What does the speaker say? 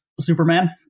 superman